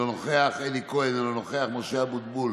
אינו נוכח, אלי כהן, אינו נוכח, משה אבוטבול,